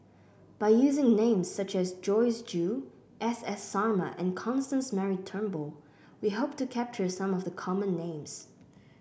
by using names such as Joyce Jue S S Sarma and Constance Mary Turnbull we hope to capture some of the common names